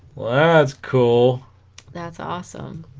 that's cool that's awesome